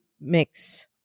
mix